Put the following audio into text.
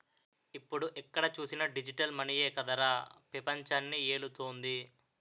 ఇప్పుడు ఎక్కడ చూసినా డిజిటల్ మనీయే కదరా పెపంచాన్ని ఏలుతోంది